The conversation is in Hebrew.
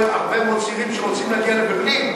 אני רואה הרבה מאוד צעירים שרוצים להגיע לברלין.